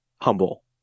humble